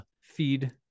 feed